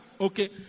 Okay